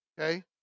Okay